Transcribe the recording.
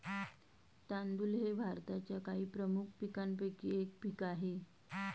तांदूळ हे भारताच्या काही प्रमुख पीकांपैकी एक पीक आहे